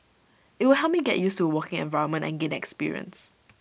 IT will help me get used to A working environment and gain experience